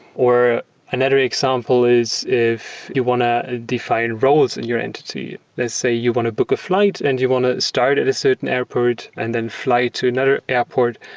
another example is if you want to define roles in your entity. let's say you want to book a flight and you want to start at a certain airport and then fly to another airport.